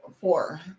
four